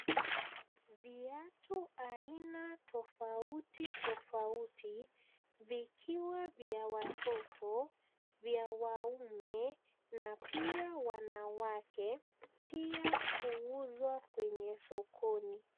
Viatu aina tofauti tofauti vikiwa vya watoto vya waume na pia wanawake pia huuzwa kwenye sokoni.